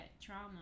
trauma